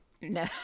No